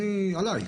עליי,